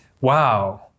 wow